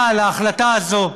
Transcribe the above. אבל, ההחלטה הזאת,